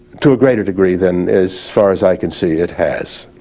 to a greater degree than as far as i can see it has.